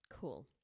Cool